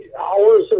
hours